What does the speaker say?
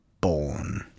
born